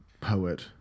poet